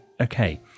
Okay